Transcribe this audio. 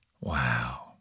Wow